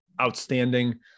outstanding